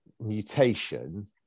mutation